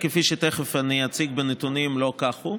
כפי שתכף אני אציג בנתונים, לא כך הוא.